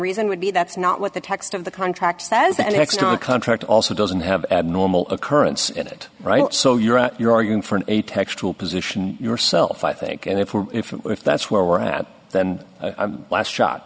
reason would be that's not what the text of the contract says that next contract also doesn't have abnormal occurrence in it right so you're you're arguing from a textual position yourself i think and if if if that's where we're at the last shot